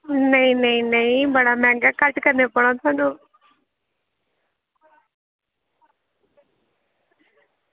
नेईं नेईं नेईं बड़ा मैंह्गा ऐ घट्ट करने पौना थुआनूं